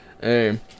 Hey